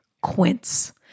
Quince